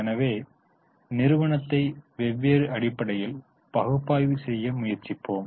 எனவே நிறுவனத்தை வெவ்வேறு அடிப்படையில் பகுப்பாய்வு செய்ய முயற்சிப்போம்